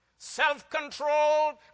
Self-controlled